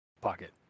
pocket